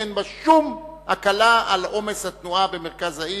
אין בה שום הקלה של עומס התנועה במרכז העיר.